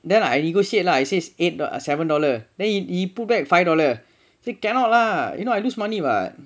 then I negotiate lah is is eight ah seven dollar then he he put back five dollar then cannot lah you know I lose money [what]